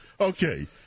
Okay